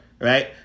Right